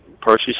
Percy